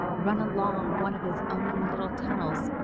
run along one of his own little tunnels,